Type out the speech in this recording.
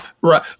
right